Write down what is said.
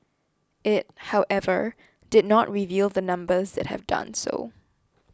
it however did not reveal the numbers that have done so